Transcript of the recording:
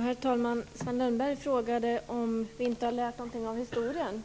Herr talman! Sven Lundberg frågade om vi inte har lärt någonting av historien.